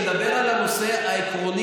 אני מדבר כרגע על הנושא העקרוני.